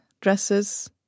dresses